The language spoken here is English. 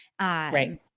Right